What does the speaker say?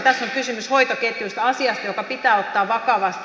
tässä on kysymys hoitoketjusta asiasta joka pitää ottaa vakavasti